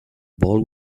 ball